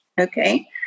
Okay